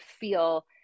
feel